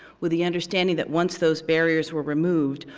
with the understanding that once those barriers were removed,